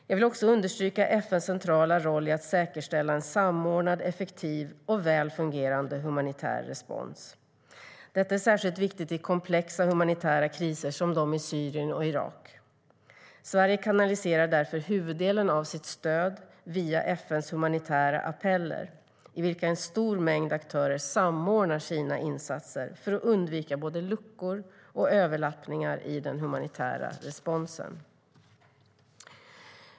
Jag vill också understryka FN:s centrala roll i att säkerställa en samordnad, effektiv och väl fungerande humanitär respons. Detta är särskilt viktigt i komplexa humanitära kriser som de i Syrien och Irak. Sverige kanaliserar därför huvuddelen av sitt stöd via FN:s humanitära appeller, i vilka en stor mängd aktörer samordnar sina insatser för att undvika både luckor och överlappningar i den humanitära responsen.